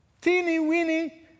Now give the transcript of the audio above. teeny-weeny